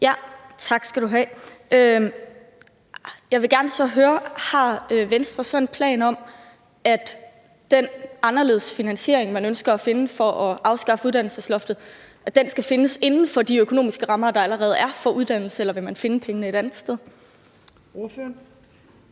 Tak skal du have. Så vil jeg gerne høre: Har Venstre så en plan om, at den anderledes finansiering, man ønsker at finde for at afskaffe uddannelsesloftet, skal findes inden for de økonomiske rammer, der allerede er for uddannelse, eller vil man finde pengene et andet sted? Kl.